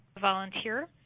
volunteer